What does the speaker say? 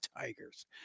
Tigers